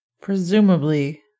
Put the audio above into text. presumably